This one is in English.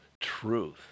truth